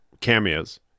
cameos